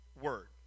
word